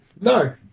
No